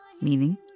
Meaning